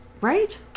Right